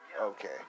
Okay